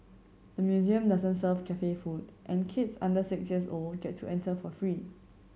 the museum doesn't serve cafe food and kids under six years old get to enter for free